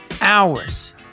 hours